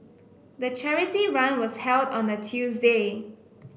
the charity run was held on a Tuesday